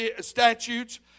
statutes